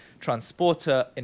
transporter